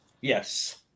Yes